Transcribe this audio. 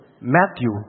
Matthew